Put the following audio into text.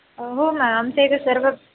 हो मॅ आमच्या इथे सर्व